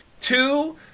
Two